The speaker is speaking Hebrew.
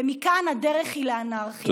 ומכאן הדרך היא לאנרכיה.